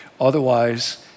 otherwise